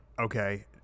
okay